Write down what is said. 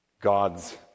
God's